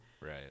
Right